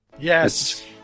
Yes